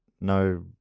no